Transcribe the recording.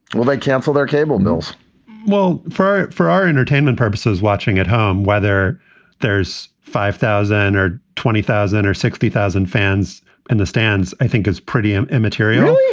well, they cancel their cable bills well, for for our entertainment purposes, watching at home, whether there's five thousand or twenty thousand or sixty thousand fans in the stands, i think it's pretty um immaterial.